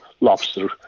lobster